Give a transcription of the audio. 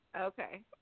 Okay